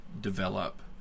develop